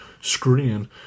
screen